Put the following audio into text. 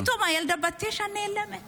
פתאום ילדה בת תשע נעלמת